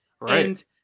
Right